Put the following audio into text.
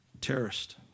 Terrorist